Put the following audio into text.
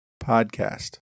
podcast